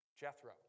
Jethro